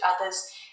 others